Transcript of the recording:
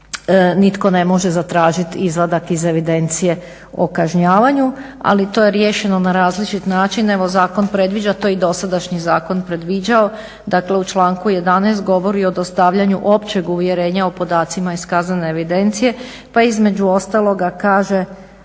nitko ne može zatražiti izvadak iz evidencije o kažnjavanju. Ali to je riješeno na različit način. Evo zakon to predviđa to je i dosadašnji predviđao dakle u članku 11.govori o dostavljanju općeg uvjerenja o podacima iz kaznene evidencije pa između ostaloga kaže